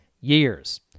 years